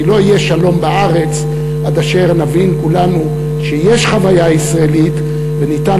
כי לא יהיה שלום בארץ עד אשר נבין כולנו שיש חוויה ישראלית וניתן